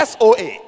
SOA